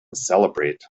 celebrate